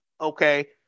okay